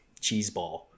cheeseball